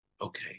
Okay